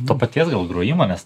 to paties dėl grojimo nes